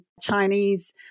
Chinese